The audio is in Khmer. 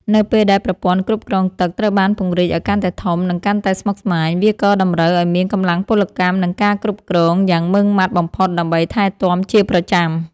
នៅពេលដែលប្រព័ន្ធគ្រប់គ្រងទឹកត្រូវបានពង្រីកឱ្យកាន់តែធំ និងកាន់តែស្មុគស្មាញ វាក៏តម្រូវឱ្យមានកម្លាំងពលកម្ម និងការគ្រប់គ្រងយ៉ាងម៉ឺងម៉ាត់បំផុតដើម្បីថែទាំជាប្រចាំ។